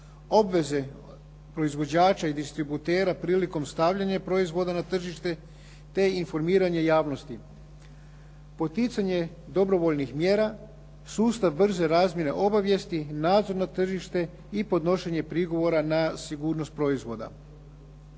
obveze proizvođača i distributera prilikom stavljanja proizvoda na tržište te informiranje javnosti, poticanje dobrovoljnih mjera, sustav brže razmjene obavijesti, nadzor nad tržištem i podnošenje prigovora na sigurnost proizvoda.